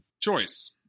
Choice